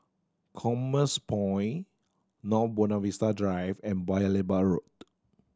Commerce Point North Buona Vista Drive and Paya Lebar Road